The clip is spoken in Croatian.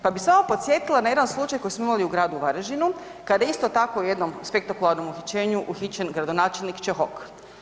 Pa bih samo podsjetila na jedan slučaj koji smo imali u gradu Varaždinu kad je isto tako u jednom spektakularnom uhićenju uhićen gradonačelnik Čehok.